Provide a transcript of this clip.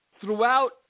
throughout